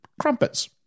crumpets